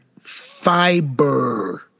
fiber